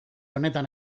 honetan